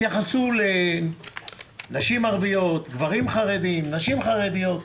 התייחסו לנשים ערביות, גברים חרדים, נשים חרדיות.